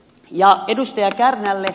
ja edustaja kärnälle